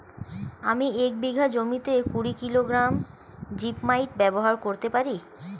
আমি এক বিঘা জমিতে কুড়ি কিলোগ্রাম জিপমাইট ব্যবহার করতে পারি?